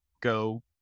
go